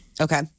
Okay